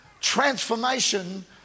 transformation